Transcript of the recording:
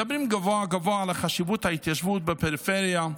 מדברים גבוהה-גבוהה על חשיבות ההתיישבות בפריפריה,